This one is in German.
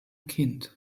kind